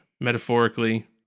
Metaphorically